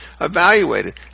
evaluated